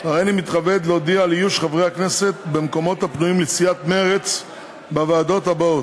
הריני מתכבד להודיע על איוש המקומות הפנויים לסיעת מרצ בוועדות הבאות: